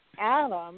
Adam